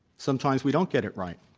sometimes we don't get it right.